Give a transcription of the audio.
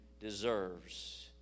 deserves